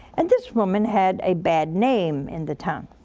and this woman had a bad name in the town.